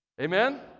Amen